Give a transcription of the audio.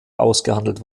ausgehandelt